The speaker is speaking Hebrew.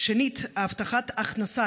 2. הבטחת הכנסה,